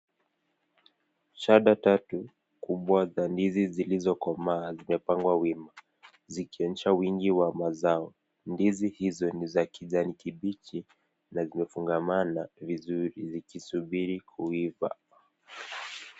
Shamba tatu kubwa za ndizi zilizokomaaa zikionyesha wingi wa mazao . Ndizi hizo, ni za kijani kibichi na zilizofungamana vizuri zikisubiri kuiva.